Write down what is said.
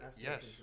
Yes